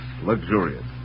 luxurious